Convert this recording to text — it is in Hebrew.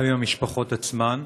גם עם המשפחות עצמן.